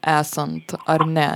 esant ar ne